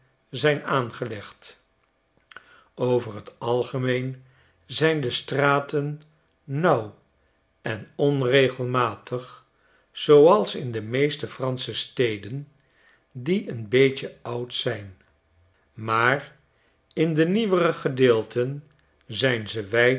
zijn aangelegd over t algemeen zijn de straten nauw en onregelmatig zooals in de meeste pransche steden die een beetje oud zijn maar in de nieuwere gedeelten zijn ze wijd